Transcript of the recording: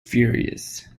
furious